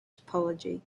topology